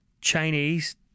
Chinese